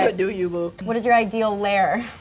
but do you, boo. what is your ideal lair?